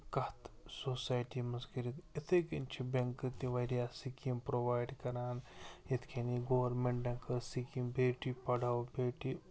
کَتھ سوسایٹی منٛز کٔرِتھ یِتھَے کٔنۍ چھُ بٮ۪نٛکہِ تہِ وارِیاہ سِکیٖمہٕ پرٛووایڈ کَران یِتھ کٔنی گورمٮ۪نٛٹن کٔر سِکیٖم بیٹی پڑھاو بیٹی